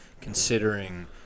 considering –